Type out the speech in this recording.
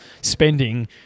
spending